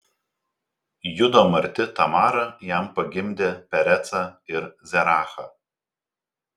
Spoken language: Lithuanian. judo marti tamara jam pagimdė perecą ir zerachą